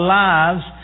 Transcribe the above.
lives